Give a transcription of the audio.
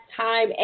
time